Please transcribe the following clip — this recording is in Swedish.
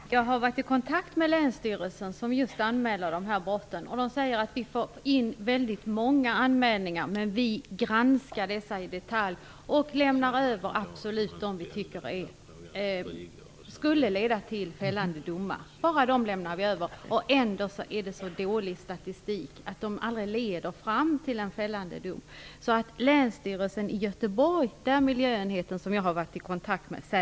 Herr talman! Jag har varit i kontakt med länsstyrelsen som just anmäler den här typen av brott. Vid miljöenheten vid Länsstyrelsen i Göteborg säger man: Vi får in väldigt många anmälningar. Men vi granskar dessa i detalj och lämnar bara över de anmälningar som vi absolut tycker borde leda till fällande domar. Ändå är statistiken så dålig. Anmälningarna leder aldrig fram till en fällande dom.